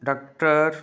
doctor